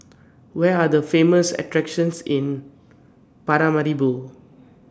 Where Are The Famous attractions in Paramaribo